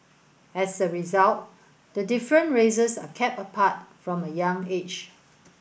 as a result the different races are kept apart from a young age